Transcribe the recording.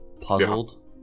puzzled